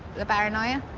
the paranoia.